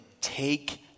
take